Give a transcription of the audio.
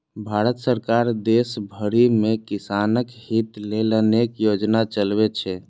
भारत सरकार देश भरि मे किसानक हित लेल अनेक योजना चलबै छै